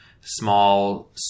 small